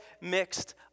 mixed